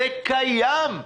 זה קיים.